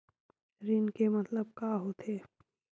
ऋण के मतलब का होथे?